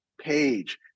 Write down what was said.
page